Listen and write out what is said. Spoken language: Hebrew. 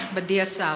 נכבדי השר,